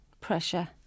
pressure